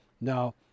Now